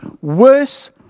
Worse